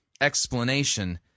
explanation